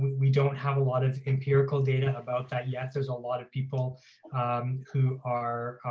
we don't have a lot of empirical data about that yet. there's a lot of people who are,